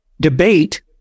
debate